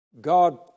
God